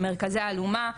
מרכזי אלומה,